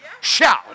shout